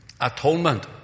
atonement